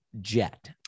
jet